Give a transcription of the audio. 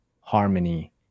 harmony